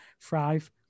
thrive